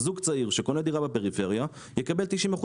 זוג צעיר שקונה דירה בפריפריה יקבל 90%